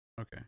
Okay